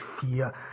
fear